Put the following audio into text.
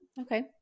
Okay